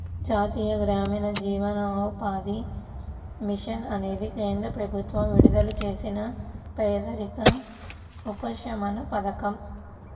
జాతీయ గ్రామీణ జీవనోపాధి మిషన్ అనేది కేంద్ర ప్రభుత్వం విడుదల చేసిన పేదరిక ఉపశమన పథకం